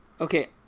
Okay